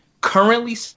Currently